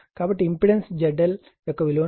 కాబట్టి impedance ZL యొక్క విలువను మనం కనుగొనాలి